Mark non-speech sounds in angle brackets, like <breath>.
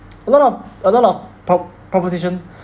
a lot of <breath> a lot of <breath> prop~ proposition <breath>